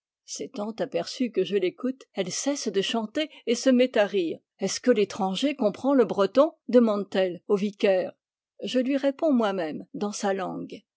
s'étant aperçue que je l'écoute elle cesse de chanter et se met à rire est-ce que l'étranger comprend le breton demande t elle au vicaire je lui réponds moi-même dans sa langue